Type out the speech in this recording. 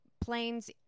planes